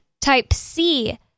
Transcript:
Type-C